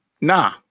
nah